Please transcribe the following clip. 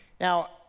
Now